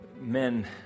men